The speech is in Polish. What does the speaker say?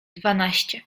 dwanaście